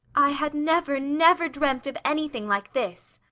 i had never never dreamt of anything like this!